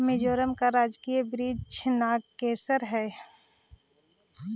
मिजोरम का राजकीय वृक्ष नागकेसर हई